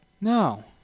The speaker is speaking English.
No